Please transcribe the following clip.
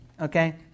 Okay